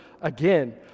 again